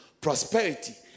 prosperity